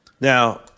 Now